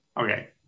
Okay